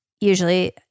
usually